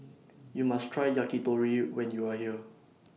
YOU must Try Yakitori when YOU Are here